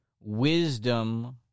wisdom